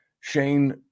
Shane